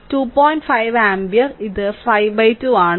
5 ampere ഇത് 52 ആണ്